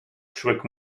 człek